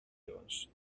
evans